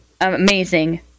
amazing